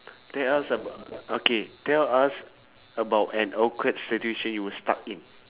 tell us about okay tell us about an awkward situation you were stuck in